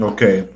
Okay